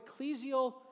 ecclesial